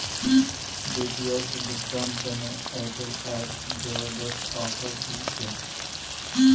DTH भुगतान तने Airtel app जबरदस्त ऑफर दी छे